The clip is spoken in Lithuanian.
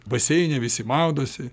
baseine visi maudosi